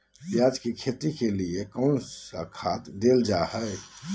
प्याज के खेती के लिए कौन खाद देल जा हाय?